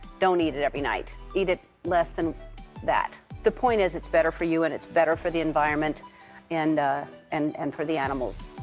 don't eat it every night. eat it less than that. the point is, it's better for you and it's better for the environment and and and for the animals.